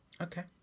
Okay